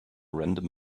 random